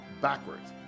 backwards